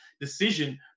decision